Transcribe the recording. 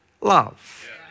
love